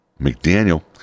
McDaniel